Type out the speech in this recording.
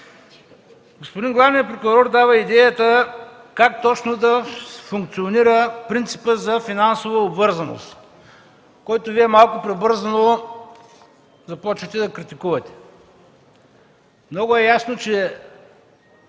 Господин главният прокурор дава идеята как точно да функционира принципът за финансова обвързаност, който Вие малко прибързано започнахте да критикувате. Много е ясно, че